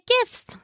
gifts